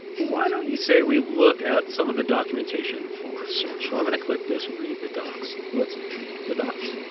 why don't you say, we look at some of the documentation for search? so i'm going to click this, read the docs. let's read the docs.